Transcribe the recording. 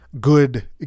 good